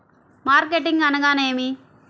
Marketing అనగానేమి?